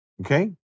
Okay